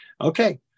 okay